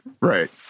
right